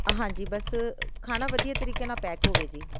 ਹਾਂਜੀ ਬਸ ਖਾਣਾ ਵਧੀਆ ਤਰੀਕੇ ਨਾਲ ਪੈਕ ਹੋਵੇ ਜੀ